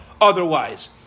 otherwise